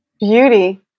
Beauty